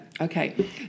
okay